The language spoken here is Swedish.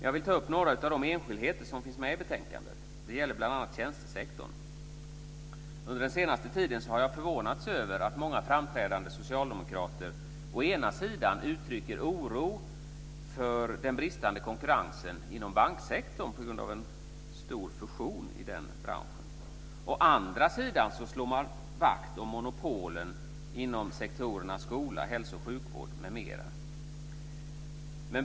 Jag vill ta upp några av de enskildheter som finns med i betänkandet. Det gäller bl.a. tjänstesektorn. Under den senaste tiden har jag förvånats över att många framträdande socialdemokrater å ena sidan uttrycker oro för den bristande konkurrensen inom banksektorn på grund av en stor fusion i den branschen. Å andra sidan slår man vakt om monopolen inom sektorerna skola, hälso och sjukvård m.m.